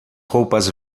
roupas